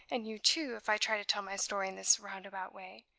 and you, too, if i try to tell my story in this roundabout way.